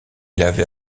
l’avait